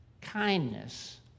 kindness